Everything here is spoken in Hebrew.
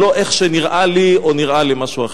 ולא איך שנראה לי או נראה למישהו אחר.